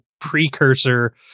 precursor